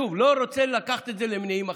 שוב: לא רוצה לקחת את זה למניעים אחרים.